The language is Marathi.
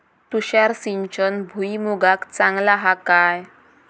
तुषार सिंचन भुईमुगाक चांगला हा काय?